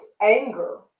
anger